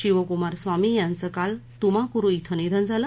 शिवकुमार स्वामी यांचं काल तुमाकुरू इथं निधन झालं